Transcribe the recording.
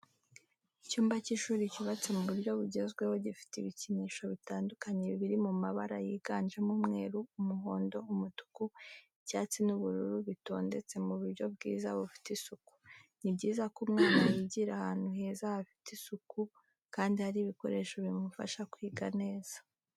Icyumba cy'ishuri cyubatse mu buryo bugezweho gifite ibikinisho bitandukanye biri mabara yiganjemo umweru, umuhondo, umutuku, icyatsi n'ubururu bitondetse mu buryo bwiza bufite isuku. Ni byiza ko umwana yigira ahantu heza hafite isuku kandi hari ibikoresho bimufasha kwiga neza.